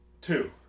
Two